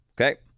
Okay